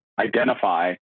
identify